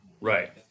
Right